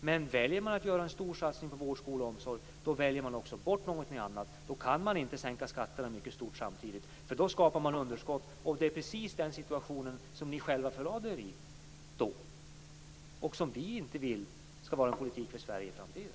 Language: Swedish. Men väljer man att göra en stor satsning på vård, skola och omsorg väljer man också bort någonting annat. Då kan man inte sänka skatterna mycket stort samtidigt. Då skapar man underskott, och det är precis den situation som ni själva försatte er i förut och som vi inte vill skall vara en politik för Sverige i framtiden.